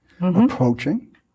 approaching